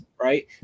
Right